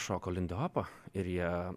šoko lindihopą ir jie